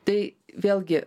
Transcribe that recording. tai vėlgi